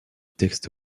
texte